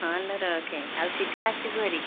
ହଁ ଲୋ ରଖେ ଆଉ ଶୀଘ୍ର ଆସିବୁ ଭାରି